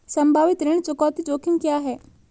संभावित ऋण चुकौती जोखिम क्या हैं?